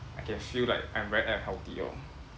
I can feel like I'm very unhealthy orh